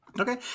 Okay